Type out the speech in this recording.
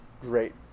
great